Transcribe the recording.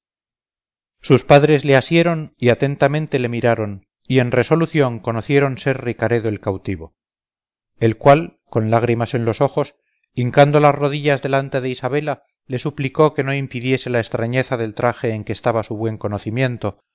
sus padres le asieron y atentamente le miraron y en resolución conocieron ser ricaredo el cautivo el cual con lágrimas en los ojos hincando las rodillas delante de isabela le suplicó que no impidiese la extrañeza del traje en que estaba su buen conocimiento